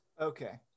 Okay